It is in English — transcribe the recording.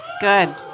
Good